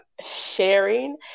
sharing